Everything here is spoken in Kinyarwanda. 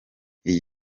iyi